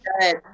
good